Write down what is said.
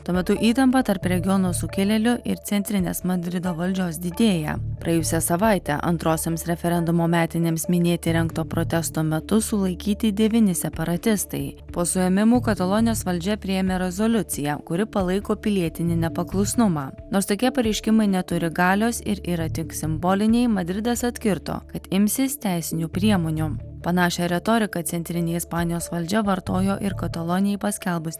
tuo metu įtampa tarp regiono sukilėlių ir centrinės madrido valdžios didėja praėjusią savaitę antrosioms referendumo metinėms minėti rengto protesto metu sulaikyti devyni separatistai po suėmimų katalonijos valdžia priėmė rezoliuciją kuri palaiko pilietinį nepaklusnumą nors tokie pareiškimai neturi galios ir yra tik simboliniai madridas atkirto kad imsis teisinių priemonių panašią retoriką centrinė ispanijos valdžia vartojo ir katalonijai paskelbus